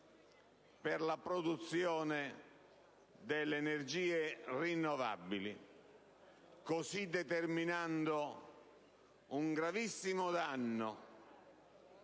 per la produzione delle energie rinnovabili, così determinando un gravissimo danno.